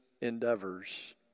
endeavors